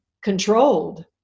controlled